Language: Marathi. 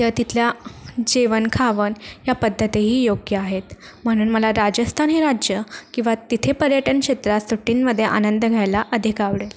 तर तिथल्या जेवण खावण या पद्धतीही योग्य आहेत म्हणून मला राजस्थान हे राज्य किंवा तिथे पर्यटनक्षेत्रात सुट्टीमध्ये आनंद घ्यायला अधिक आवडेल